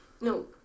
No